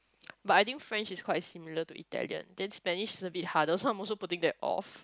but I think French is quite similar to Italian then Spanish is a bit harder so I am also putting that off